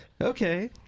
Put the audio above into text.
Okay